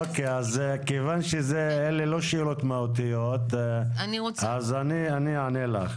כיוון שאלה לא שאלות מהותיות אני אענה לך,